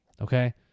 Okay